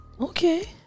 Okay